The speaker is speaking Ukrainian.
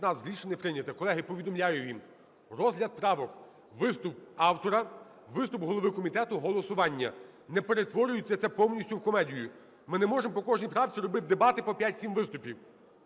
За-15 Рішення не прийнято. Колеги, повідомляю їм: розгляд правок – виступ автора, виступ голови комітету, голосування. Не перетворюйте це повністю в комедію! Ми не можемо по кожній правці робити дебати по 5-7 виступів.